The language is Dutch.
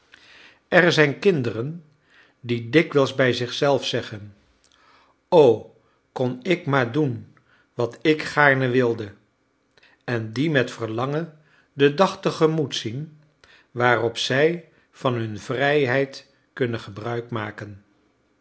er zijn kinderen die dikwijls bij zichzelf zeggen o kon ik maar doen wat ik gaarne wilde en die met verlangen den dag tegemoetzien waarop zij van hun vrijheid kunnen gebruik maken